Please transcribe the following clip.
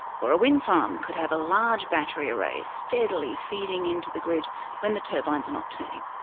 or a wind farm could have a large battery array steadily feeding into the grid when the turbines are not turning.